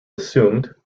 assumed